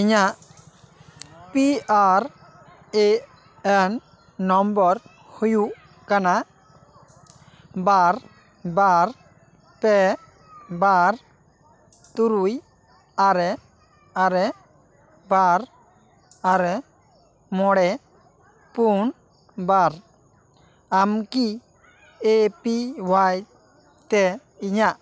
ᱤᱧᱟᱹᱜ P R A N number ᱦᱩᱭᱩᱜ ᱠᱟᱱᱟ ᱵᱟᱨ ᱵᱟᱨ ᱯᱮ ᱵᱟᱨ ᱛᱩᱨᱩᱭ ᱟᱨᱮ ᱟᱨᱮ ᱵᱟᱨ ᱟᱨᱮ ᱢᱚᱬᱮ ᱯᱩᱱ ᱵᱟᱨ ᱟᱢᱠᱤ ᱮ ᱯᱤ ᱚᱣᱟᱭ ᱛᱮ ᱤᱧᱟᱹᱜ